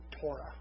Torah